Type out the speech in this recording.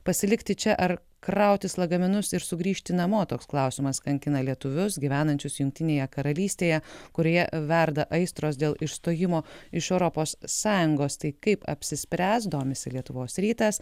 pasilikti čia ar krautis lagaminus ir sugrįžti namo toks klausimas kankina lietuvius gyvenančius jungtinėje karalystėje kurioje verda aistros dėl išstojimo iš europos sąjungos tai kaip apsispręs domisi lietuvos rytas